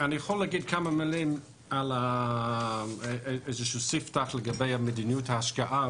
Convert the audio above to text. אני יכול להגיד כמה מילים כסתפתח לגבי מדיניות ההשקעה,